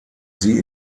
sie